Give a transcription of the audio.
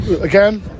again